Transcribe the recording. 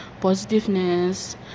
positiveness